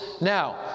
Now